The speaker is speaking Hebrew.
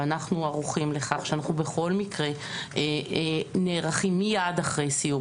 ואנחנו ערוכים לכך שאנחנו בכל מקרה נערכים מיד אחרי סיום